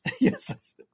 yes